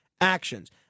actions